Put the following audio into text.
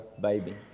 baby